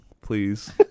please